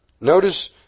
Notice